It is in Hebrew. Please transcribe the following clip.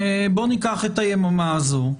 ניקח את היממה הזאת,